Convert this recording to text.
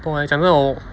不懂 leh 讲真的我